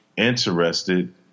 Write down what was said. interested